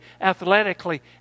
athletically